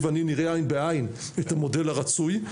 ואני נראה עין בעין את המודל הרצוי,